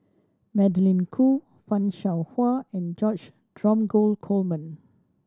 Magdalene Khoo Fan Shao Hua and George Dromgold Coleman